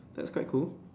that's quite cool